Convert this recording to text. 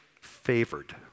favored